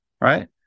Right